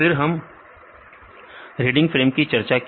फिर हमने reading frame की चर्चा की